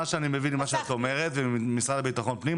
מה שאני מבין ממה שאת אומרת ומהמשרד לביטחון פנים,